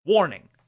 Warning